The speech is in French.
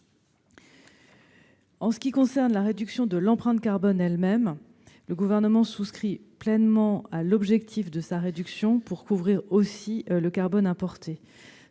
En ce qui concerne la réduction de l'empreinte carbone elle-même, le Gouvernement souscrit pleinement à l'objectif de sa réduction pour couvrir aussi le carbone importé.